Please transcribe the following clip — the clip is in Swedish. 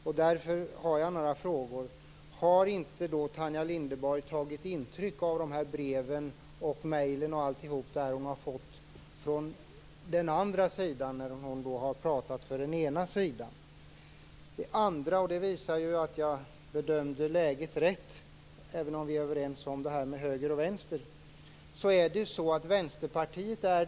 Därför har jag några frågor. Har inte Tanja Linderborg tagit intryck av de brev som hon har fått från den andra sidan? Hon har ju pratat för den ena sidan. Det andra är att Vänsterpartiet är det enda parti i Sveriges riksdag som vill avslå den proposition som vi nu behandlar.